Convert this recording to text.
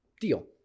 deal